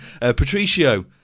Patricio